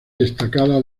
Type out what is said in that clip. destacada